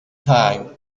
time